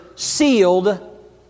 Sealed